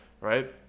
Right